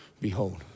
behold